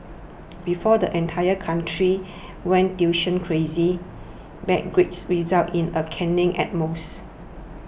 before the entire country went tuition crazy bad grades resulted in a caning at most